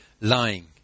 Lying